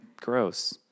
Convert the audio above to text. Gross